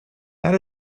that